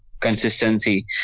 Consistency